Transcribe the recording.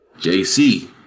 JC